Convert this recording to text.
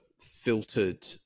filtered